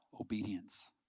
obedience